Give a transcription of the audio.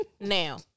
Now